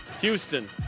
Houston